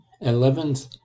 eleventh